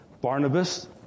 Barnabas